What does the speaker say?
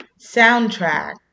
soundtrack